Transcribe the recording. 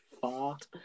Fart